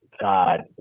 God